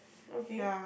okay